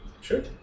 Sure